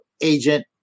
agent